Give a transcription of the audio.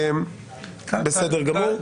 אפשר פינג-פונג, אבל אפשר גם להפסיק לדבר.